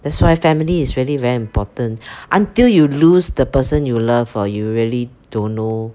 that's why family is really very important until you lose the person you love hor you really don't know